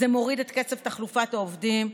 זה מוריד את קצב תחלופת העובדים,